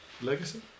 Legacy